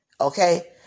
okay